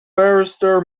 barrister